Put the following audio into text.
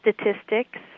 statistics